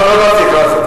לא, לא להזעיק, לא להזעיק.